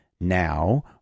now